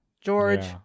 George